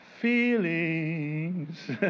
feelings